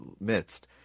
midst